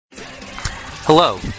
Hello